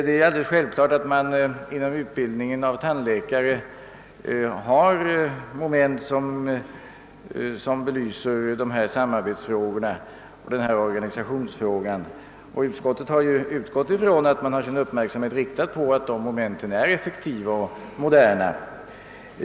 Det är självklart att tandläkarubildningen omfattar moment som belyser samarbetsoch organisationsfrågorna. Utskottet har också utgått ifrån att berörda myndigheter skall ha sin uppmärksamhet riktad på att dessa moment blir effektiva och moderna.